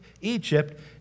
Egypt